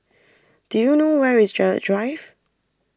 do you know where is Gerald Drive